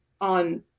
on